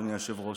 אדוני היושב-ראש,